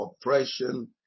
oppression